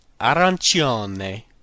arancione